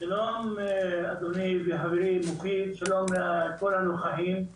שלום אדוני וחברי מופיד, שלום לכל הנוכחים.